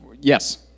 Yes